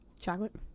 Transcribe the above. Chocolate